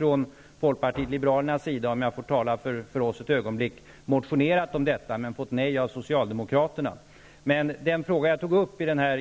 Vi i folkpartiet liberalerna -- om jag får tala för oss ett ögonblick -- har också motionerat om detta, men fått avslag av socialdemokraterna. I